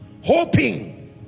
hoping